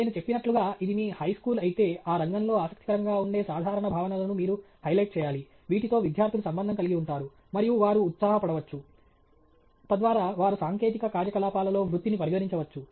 నేను చెప్పినట్లుగా ఇది మీ హైస్కూల్ అయితే ఆ రంగంలో ఆసక్తికరంగా ఉండే సాధారణ భావనలను మీరు హైలైట్ చేయాలి వీటితో విద్యార్థులు సంబంధం కలిగి ఉంటారు మరియు వారు ఉత్సాహపడవచ్చు తద్వారా వారు సాంకేతిక కార్యకలాపాలలో వృత్తిని పరిగణించవచ్చు